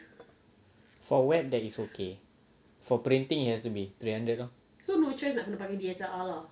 for web that is okay for printing it has to be three hundred lor